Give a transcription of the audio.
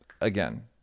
Again